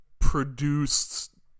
produced